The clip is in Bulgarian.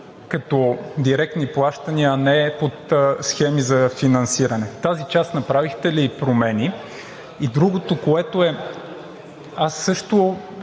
като директни плащания, а не под схеми за финансиране. В тази част направихте ли промени? И другото, което е – аз също